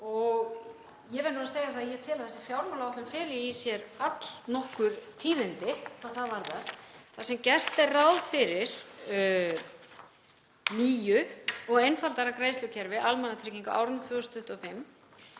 Ég verð nú að segja að ég tel að þessi fjármálaáætlun feli í sér allnokkur tíðindi hvað það varðar þar sem gert er ráð fyrir nýju og einfaldara greiðslukerfi almannatrygginga á árinu 2025.